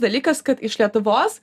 dalykas kad iš lietuvos